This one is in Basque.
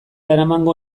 eramango